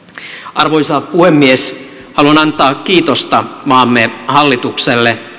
arvoisa puhemies haluan antaa kiitosta maamme hallitukselle